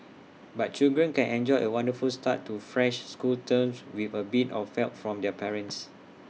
but children can enjoy A wonderful start to fresh school terms with A bit of felt from their parents